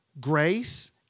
grace